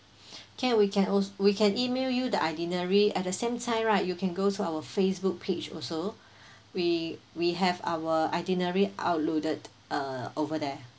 can we can also we can email you the itinerary at the same time right you can go to our Facebook page also we we have our itinerary uploaded uh over there